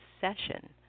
session